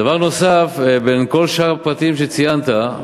דבר נוסף, מכל שאר הפרטים שציינת,